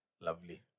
Lovely